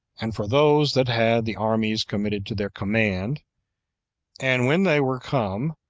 and for those that had the armies committed to their command and when they were come,